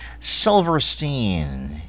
Silverstein